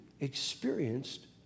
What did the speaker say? experienced